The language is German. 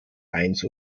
eins